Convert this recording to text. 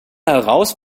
heraus